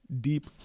deep